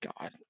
God